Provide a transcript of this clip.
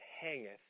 hangeth